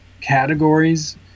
categories